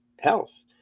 health